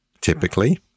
typically